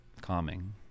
calming